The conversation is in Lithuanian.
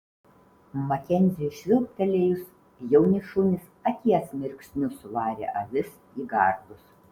makenziui švilptelėjus jauni šunys akies mirksniu suvarė avis į gardus